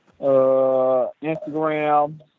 Instagram